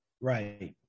Right